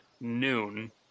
noon